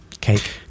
cake